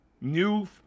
new